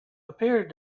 appeared